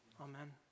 Amen